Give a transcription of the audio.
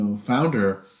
founder